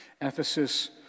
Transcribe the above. Ephesus